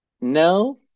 no